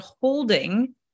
holding